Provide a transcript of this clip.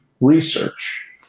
research